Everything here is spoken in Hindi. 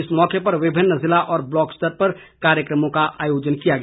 इस मौके पर विभिन्न जिला व ब्लॉक स्तर पर कार्यक्रमों का आयोजन किया गया